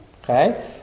Okay